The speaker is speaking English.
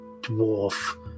dwarf